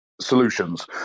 solutions